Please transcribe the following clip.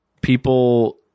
people